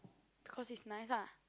because it's nice ah